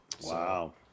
Wow